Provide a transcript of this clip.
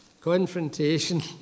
confrontation